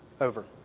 over